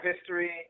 history